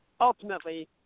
Ultimately